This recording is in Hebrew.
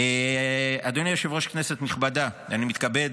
אדוני היושב-ראש, כנסת נכבדה, אני מתכבד